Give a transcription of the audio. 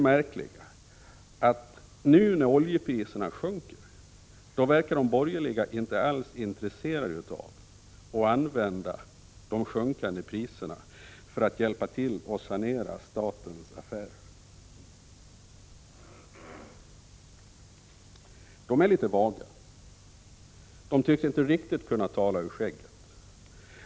Men si, när oljepriserna nu sjunker inträffar det märkliga att de borgerliga inte alls verkar intresserade av att använda de sjunkande priserna för att hjälpa till och sanera statens affärer. De borgerliga företrädarna är litet vaga. De tycks inte riktigt kunna tala ur skägget.